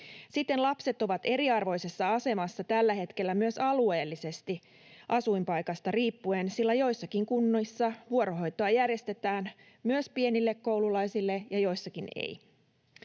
Siten lapset ovat eriarvoisessa asemassa tällä hetkellä myös alueellisesti asuinpaikasta riippuen, sillä joissakin kunnissa vuorohoitoa järjestetään myös pienille koululaisille ja joissakin ei.